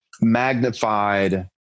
magnified